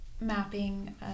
mapping